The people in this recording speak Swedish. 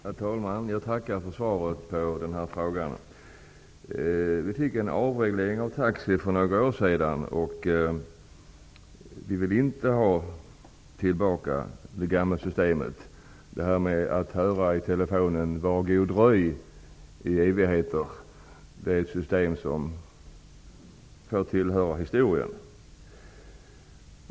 Herr talman! Jag tackar för svaret på frågan. Vi fick en avreglering av taxi för några år sedan, och vi vill inte ha tillbaka det gamla systemet. Systemet då man fick höra ''Vad god dröj'' i telefonen får tillhöra historien.